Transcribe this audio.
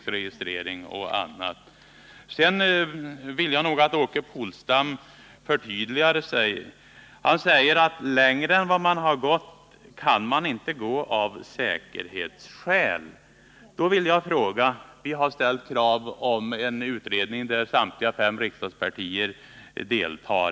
Sedan vill jag nog att Åke Polstam förtydligar sig. Han säger att längre än man har gått kan man inte gå av säkerhetsskäl. Vi har ställt krav på en utredning där samtliga fem riksdagspartier deltar.